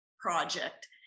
project